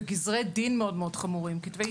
וגזרי דין מאוד חמורים.